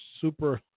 super